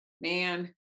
Man